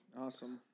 Awesome